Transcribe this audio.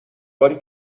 باری